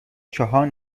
چهار